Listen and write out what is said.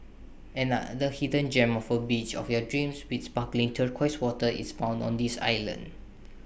another hidden gem of A beach of your dreams with sparkling turquoise waters is found on this island